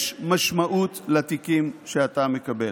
יש משמעות לתיקים שאתה מקבל.